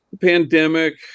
pandemic